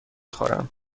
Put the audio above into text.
خورم